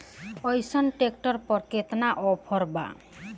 अइसन ट्रैक्टर पर केतना ऑफर बा?